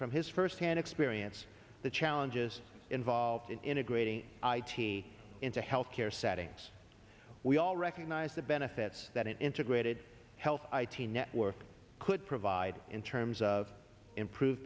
from his firsthand experience the challenges involved in integrating i t into health care settings we all recognize the benefits that integrated health i t network could provide in terms of improve